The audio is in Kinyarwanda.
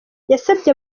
yasabye